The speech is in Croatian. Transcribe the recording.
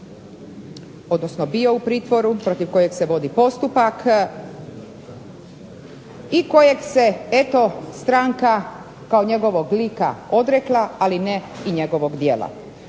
odnosno bio u pritvoru, protiv kojeg se vodi postupak, i kojeg se eto stranka kao njegovog lika odrekla, ali ne i njegovog djela.